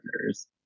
partners